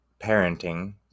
parenting